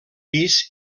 pis